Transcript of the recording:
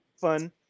fun